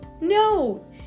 No